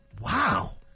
Wow